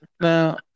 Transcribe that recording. Now